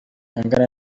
angana